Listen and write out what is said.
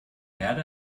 erde